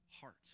heart